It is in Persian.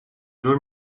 جور